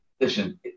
listen